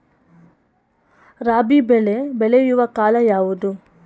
ರಾಬಿ ಬೆಳೆ ಬೆಳೆಯುವ ಕಾಲ ಯಾವುದು?